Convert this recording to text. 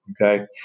okay